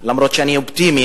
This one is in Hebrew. אף-על-פי שאני אופטימי,